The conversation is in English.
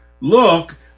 look